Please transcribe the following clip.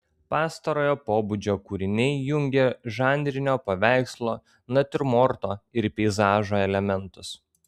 pastarojo pobūdžio kūriniai jungė žanrinio paveikslo natiurmorto ir peizažo elementus